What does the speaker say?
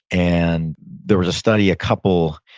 and there was a study a couple,